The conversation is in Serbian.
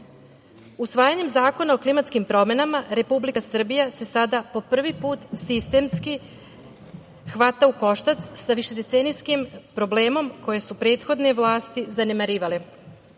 građana. Usvajanjem Zakona o klimatskim promenama Republika Srbija se sada po prvi put sistemski hvata u koštac sa višedecenijskim problemom koji su prethodne vlasti zanemarivale.